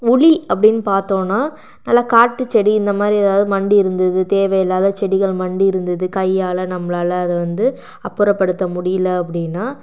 உளி அப்படின்னு பார்த்தோனா நல்லா காட்டு செடி இந்தமாதிரி எல்லா மண்டி இருந்தது தேவை இல்லாத செடிகள் மண்டி இருந்தது கையால் நம்மலால அதை வந்து அப்புற படுத்த முடியுலே அப்படின்னா